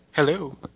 Hello